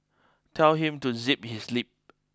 tell him to zip his lip